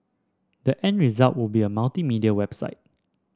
the end result will be a multimedia website